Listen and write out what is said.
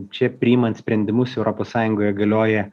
čia priimant sprendimus europos sąjungoje galioja